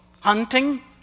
Hunting